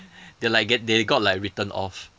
they like get they got like written off